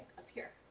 up here.